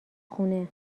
خونه